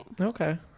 Okay